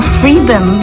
freedom